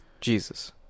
Jesus